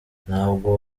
ntabwo